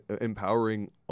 empowering